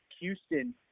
Houston